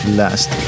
last